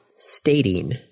Stating